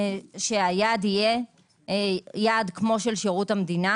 שהיעד יהיה יעד כמו של שירות המדינה